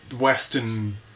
Western